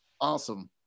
awesome